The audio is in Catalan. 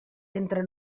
entre